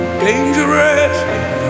Dangerous